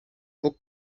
bóg